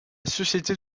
société